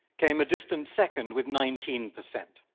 came a distant second, with nineteen percent.